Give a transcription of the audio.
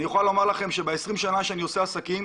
אני יכול לומר לכם שב-20 השנים שאני עושה עסקים,